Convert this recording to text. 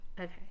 Okay